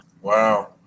Wow